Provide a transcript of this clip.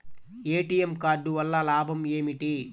ATM card వల్ల లాభం ఏమిటి?